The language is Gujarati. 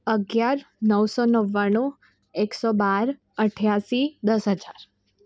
અગિયાર નવસો નવ્વાણું એકસો બાર અઠ્યાશી દસ હજાર